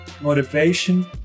motivation